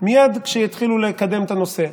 מייד כשהתחילו לקדם את הנושא.